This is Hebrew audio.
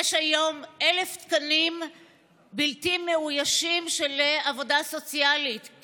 יש היום 1,000 תקנים בלתי מאוישים של עובדים סוציאליים,